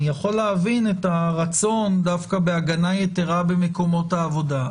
אני יכול להבין את הרצון דווקא בהגנה יתרה במקומות העבודה,